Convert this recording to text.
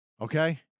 okay